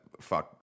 fuck